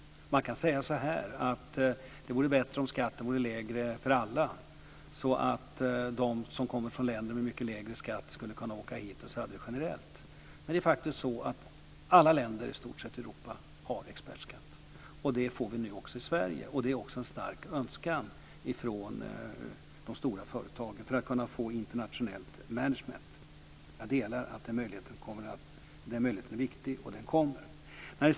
Man kan säga att det vore bättre om skatten vore lägre för alla, så att de som kommer från länder med en mycket lägre skatt skulle kunna åka hit och ha det generellt. Men i stort sett alla länder i Europa har faktiskt en expertskatt. Det får vi nu också i Sverige. Det finns också en stark önskan om det hos de stora företagen för att de ska kunna få ett internationellt management. Jag delar uppfattningen att den möjligheten är viktig, och den kommer.